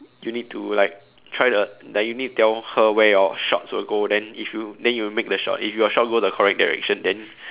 you need to like try the like you need to tell her where your shots will go then if you then you make the shot if your shot go the correct direction then